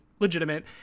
Legitimate